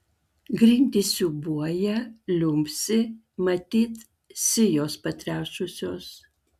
grindys siūbuoja liumpsi matyt sijos patrešusios